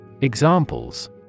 Examples